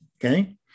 Okay